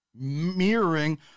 Mirroring